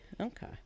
Okay